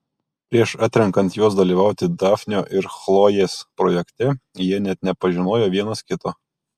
prieš atrenkant juos dalyvauti dafnio ir chlojės projekte jie net nepažinojo vienas kito